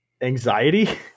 anxiety